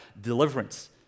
deliverance